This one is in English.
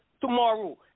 tomorrow